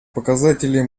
показателей